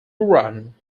huron